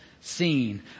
seen